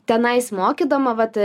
tenais mokydama vat